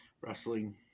wrestling